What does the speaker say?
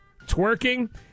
twerking